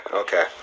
okay